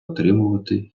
отримувати